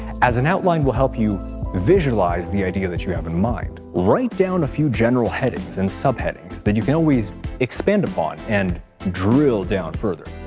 as an outline will help you visualize the idea that you have in mind. write down a few general headings and subheadings that you can always expand upon and drill down further.